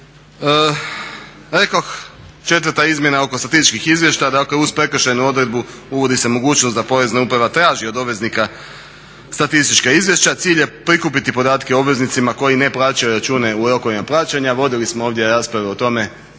Rekoh, četvrta izmjena oko statističkih izvještaja, dakle uz prekršajnu odredbu uvodi se mogućnost da porezna uprava traži od obveznika statistička izvješća. Cilj je prikupiti podatke o obveznicima koji ne plaćaju račune u rokovima plaćanja. Vodili smo ovdje rasprave o tome,